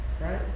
Right